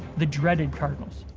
the dreaded cardinals.